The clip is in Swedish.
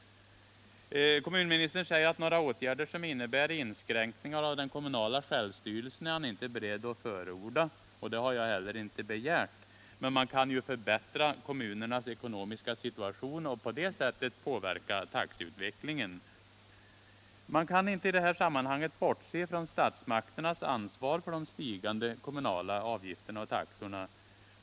Kommunministern säger att han inte är beredd att förorda åtgärder som innebär inskränkningar i den kommunala självstyrelsen. Det har jag inte heller begärt. Men man kan förbättra kommunernas ekonomiska situation och på så sätt påverka taxeutvecklingen. Man kan i detta sammanhang inte bortse från statsmakternas ansvar för de stigande kommunala taxorna.